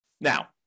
Now